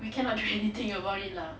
we cannot do anything about it lah